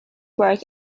work